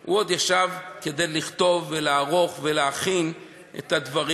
הוא עוד ישב כדי לכתוב ולערוך ולהכין את הדברים.